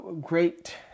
great